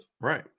Right